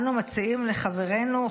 אנו מציעים לחברינו,